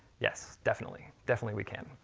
yes, definitely. definitely we can.